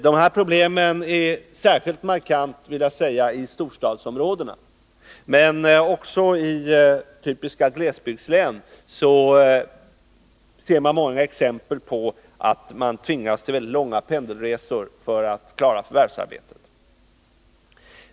De här problemen är särskilt markanta i storstadsområdena, men också i typiska glesbygdslän ser man många exempel på att människor tvingas till mycket långa pendelresor för att klara förvärvsarbetet.